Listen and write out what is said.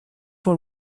were